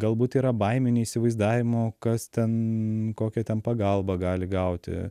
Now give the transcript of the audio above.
galbūt yra baimė neįsivaizdavimo kas ten kokią ten pagalbą gali gauti